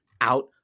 out